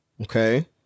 Okay